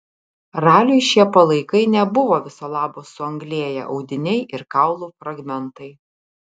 raliui šie palaikai nebuvo viso labo suanglėję audiniai ir kaulų fragmentai